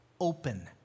Open